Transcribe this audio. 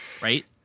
Right